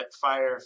fire